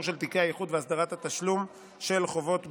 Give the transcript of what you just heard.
של תיקי האיחוד והסדרת התשלום של חובות בשיעורים,